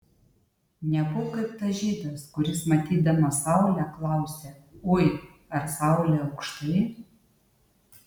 nebūk kaip tas žydas kuris matydamas saulę klausia ui ar saulė aukštai